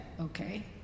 okay